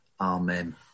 amen